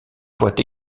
voit